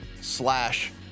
slash